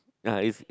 ya is